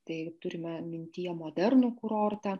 tai turime mintyje modernų kurortą